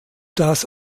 das